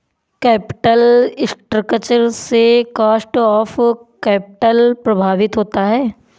capital structure से cost of capital प्रभावित होता है